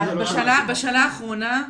בשנה האחרונה,